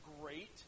great